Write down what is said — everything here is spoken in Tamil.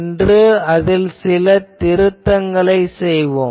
இன்று அதில் சில திருத்தங்களைச் செய்வோம்